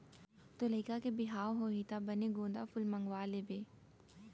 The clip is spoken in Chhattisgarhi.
तोर लइका के बिहाव होही त बने गोंदा फूल मंगवा लेबे